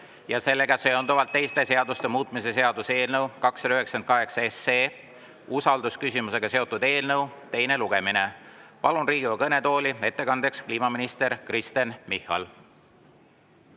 ja sellega seonduvalt teiste seaduste muutmise seaduse eelnõu 298 (usaldusküsimusega seotud eelnõu) teine lugemine. Palun Riigikogu kõnetooli ettekandeks kliimaminister Kristen Michali. Ja